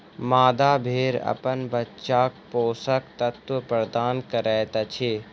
मादा भेड़ अपन बच्चाक पोषक तत्व प्रदान करैत अछि